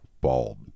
bald